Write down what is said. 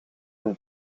een